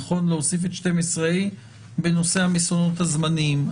להוסיף את 12(ה) בנושא המזונות הזמניים.